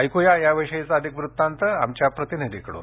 ऐकूया याविषयीचा अधिक वृत्तांत आमच्या प्रतिनिधीकडून